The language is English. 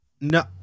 no